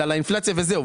אלא לאינפלציה וזהו,